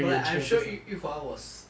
no leh I'm sure yu~ yu hua was